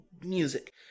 music